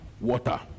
water